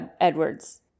Edwards